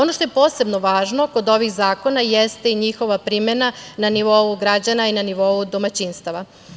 Ono što je posebno važno kod ovih zakona jeste i njihova primena na nivou građana i na nivou domaćinstava.